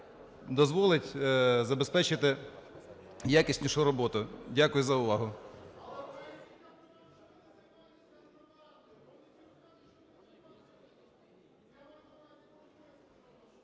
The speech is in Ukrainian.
дозволить забезпечити якісніше роботу. Дякую за увагу.